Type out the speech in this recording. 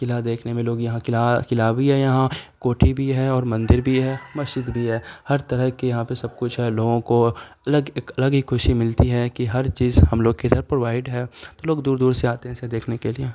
قلعہ دیکھنے میں لوگ یہاں قلعہ قلعہ بھی ہے یہاں کوٹھی بھی ہے اور مندر بھی ہے مسجد بھی ہے ہر طرح کی یہاں پہ سب کچھ ہے لوگوں کو الگ ایک الگ ہی خوشی ملتی ہے کہ ہر چیز ہم لوگ کے ساتھ پرووائڈ ہے تو لوگ دور دور سے آتے ہیں اسے دیکھنے کے لیے